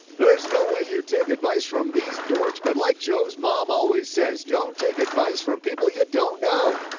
there's no way you take advice from these dorks, but like joe's mom always says, don't take advice from people you don't know.